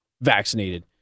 vaccinated